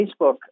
Facebook